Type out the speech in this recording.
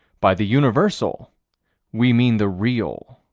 by the universal we mean the real.